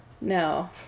No